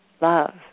Love